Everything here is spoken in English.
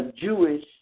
Jewish